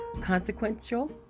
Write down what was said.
consequential